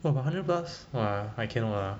!wah! but one hundred plus !wah! I cannot lah